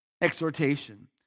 exhortation